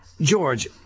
George